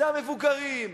זה המבוגרים,